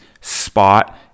spot